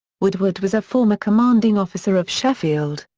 woodward was a former commanding officer of sheffield.